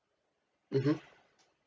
mmhmm